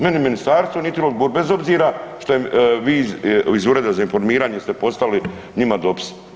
Meni ministarstvo niti odgovor, bez obzira što vi iz ureda za informiranje ste poslali njima dopis.